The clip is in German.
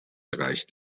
reicht